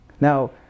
now